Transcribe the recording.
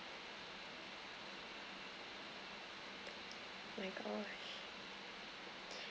my gosh